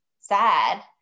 sad